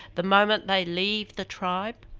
the moment they leave the tribe,